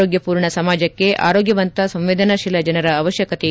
ಆರೋಗ್ಯ ಪೂರ್ಣ ಸಮಾಜಕ್ಕೆ ಆರೋಗ್ಯವಂತ ಸಂವೇದನಾಶೀಲ ಜನರ ಅವಶ್ಯಕತೆಯಿದೆ